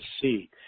see